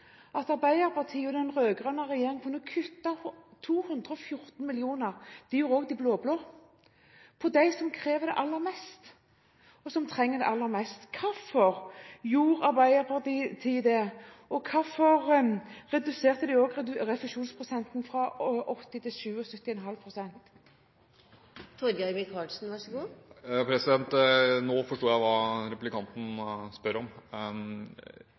at Arbeiderpartiet og den rød-grønne regjeringen kunne kutte 214 mill. kr til dem som krever det aller mest, og som trenger det aller mest. Det gjorde også de blå-blå. Hvorfor gjorde Arbeiderpartiet det, og hvorfor reduserte de også refusjonsprosenten fra 80 pst. til 77,5 pst. Nå forstår jeg hva replikanten spør om. Grunnen til at dette forslaget kom, er todelt, vil jeg